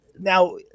now